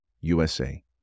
USA